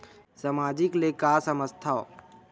सामाजिक ले का समझ थाव?